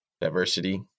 diversity